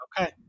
okay